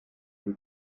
für